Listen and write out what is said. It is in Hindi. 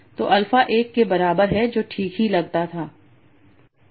तो अल्फा 1 के बराबर है जो ठीक ही लग रहा था